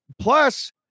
plus